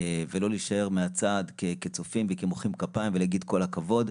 ולא להישאר מהצד כצופים שמוחאים כפיים ואומרים כל הכבוד.